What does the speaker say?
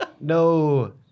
no